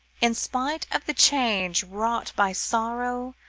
in spite of the change wrought by sorrow,